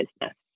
business